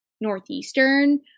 Northeastern